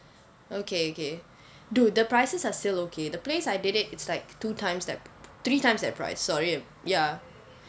okay okay dude the prices are still okay the place I did it it's like two times that three times that price sorry ya